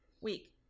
week